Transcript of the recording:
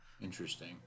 Interesting